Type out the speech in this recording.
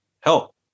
help